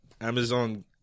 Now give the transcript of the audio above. Amazon